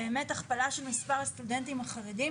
באמת הכפלה של מספר הסטודנטים החרדים,